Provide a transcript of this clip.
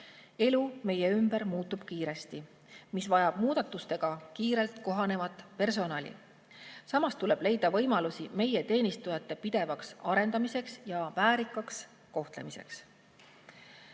Elu meie ümber muutub kiiresti ja see vajab muudatustega kiirelt kohanevat personali. Samas tuleb leida võimalusi meie teenistujate pidevaks arendamiseks ja väärikaks kohtlemiseks.